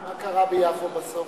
מה קרה ביפו בסוף?